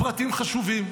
הפרטים חשובים.